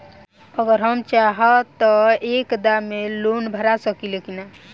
अगर हम चाहि त एक दा मे लोन भरा सकले की ना?